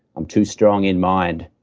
i'm too strong in mind.